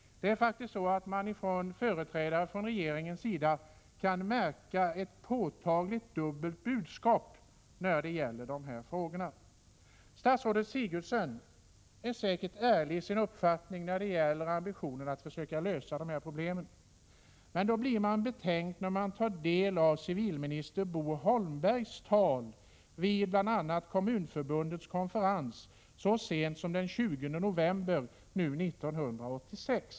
Man kan faktiskt ifrån företrädare för regeringen märka påtagligt dubbla budskap i de här frågorna. Statsrådet Sigurdsen är säkert ärlig i sin uppfattning när det gäller ambitionen att lösa problemen. Men man blir betänkt när man tar del av civilminister Bo Holmbergs tal vid bl.a. Kommunförbundets konferens så sent som den 20 november 1986.